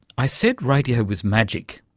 i said radio was magic,